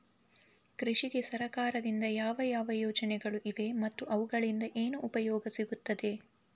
ಕೃಷಿಗೆ ಸರಕಾರದಿಂದ ಯಾವ ಯಾವ ಯೋಜನೆಗಳು ಇವೆ ಮತ್ತು ಅವುಗಳಿಂದ ಏನು ಉಪಯೋಗ ಸಿಗುತ್ತದೆ?